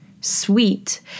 Sweet